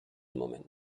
moment